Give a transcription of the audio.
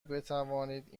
بتوانید